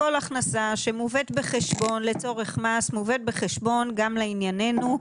כל הכנסה שמובאת בחשבון לצורך מס מובאת בחשבון גם לענייננו.